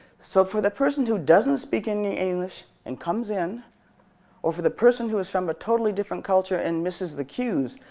so for the person who doesn't speak any english and comes in or for the person who is from a totally different culture and misses the cues,